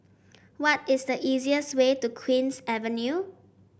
what is the easiest way to Queen's Avenue